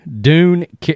Dune